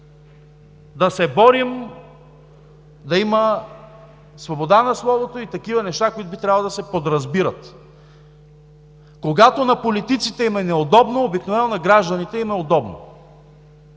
да се борим да има свобода на словото и такива неща, които би трябвало да се подразбират. Когато на политиците им е неудобно, обикновено на гражданите им е удобно.